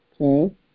Okay